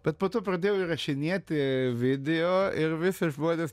bet po to pradėjau įrašinėti video ir visi žmonės